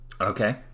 Okay